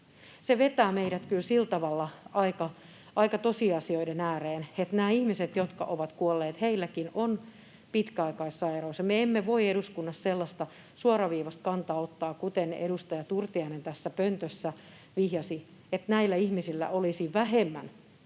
Se vetää meidät kyllä sillä tavalla aika tosiasioiden ääreen, että näilläkin ihmisillä, jotka ovat kuolleet, on pitkäaikaissairaus, ja me emme voi eduskunnassa sellaista suoraviivaista kantaa ottaa, kuten edustaja Turtiainen tässä pöntössä vihjasi, että näillä ihmisillä olisi vähemmän